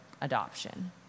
adoption